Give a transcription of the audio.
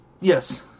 Yes